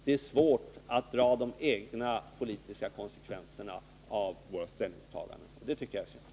Det är svårt att dra de egna politiska konsekvenserna av våra ställningstaganden, och det tycker jag är synd.